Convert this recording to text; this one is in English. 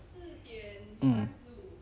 mm